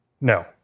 No